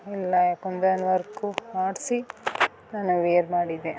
ಎಲ್ಲ combine work ಮಾಡಿಸಿ ನಾನು ವೇರ್ ಮಾಡಿದ್ದೆ